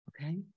okay